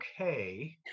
okay